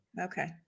Okay